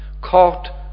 caught